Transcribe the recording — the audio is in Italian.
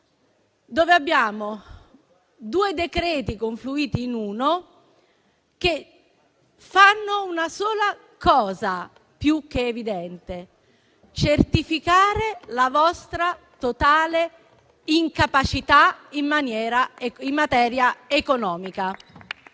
dove abbiamo due decreti confluiti in uno che fanno una sola cosa, più che evidente: certificare la vostra totale incapacità in materia economica.